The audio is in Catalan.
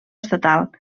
estatal